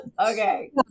Okay